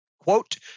quote